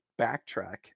backtrack